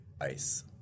ICE